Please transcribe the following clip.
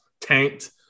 tanked